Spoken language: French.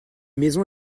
maisons